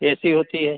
ए C होती है